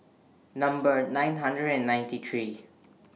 Number nine hundred and ninety three